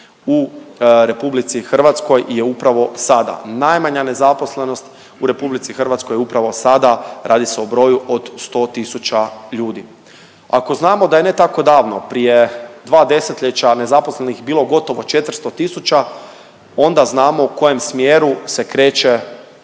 u RH je upravo sada, najmanja nezaposlenost u RH je upravo sada, radi se o broju od 100 tisuća ljudi. Ako znamo da je ne tako davno, prije dva 10-ljeća nezaposlenih bilo gotovo 400 tisuća onda znamo u kojem smjeru se kreće